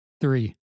Three